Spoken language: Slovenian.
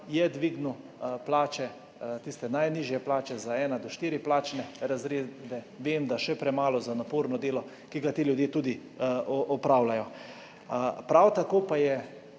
je dvignil plače, tiste najnižje plače, za od enega do štiri plačne razrede. Vem, da še premalo za naporno delo, ki ga ti ljudje tudi opravljajo. Prav tako pa so